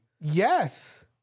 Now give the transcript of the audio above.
Yes